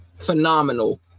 phenomenal